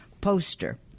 poster